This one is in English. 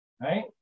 Right